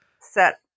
set